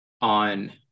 on